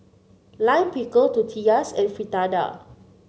Lime Pickle Tortillas and Fritada